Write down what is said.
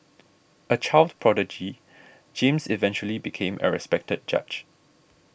a child prodigy James eventually became a respected judge